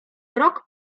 rok